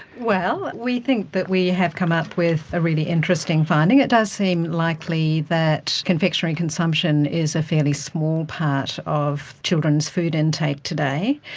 well, we think that we have come up with a really interesting finding. it does seem likely that confectionery consumption is a fairly small part of children's food intake today.